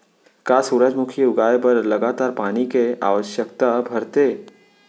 का सूरजमुखी उगाए बर लगातार पानी के आवश्यकता भरथे?